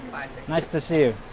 nice to see you.